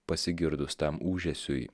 pasigirdus tam ūžesiui